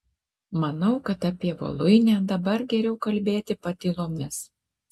manau kad apie voluinę dabar geriau kalbėti patylomis